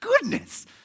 Goodness